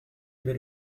avait